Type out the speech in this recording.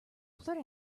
blurt